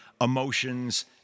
emotions